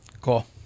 Cool